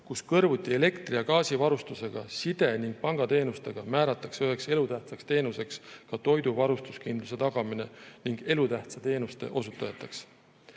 kus kõrvuti elektri‑ ja gaasivarustusega, side‑ ning pangateenustega määratakse üheks elutähtsaks teenuseks ka toidu varustuskindluse tagamine ning [määratakse kindlaks]